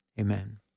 Amen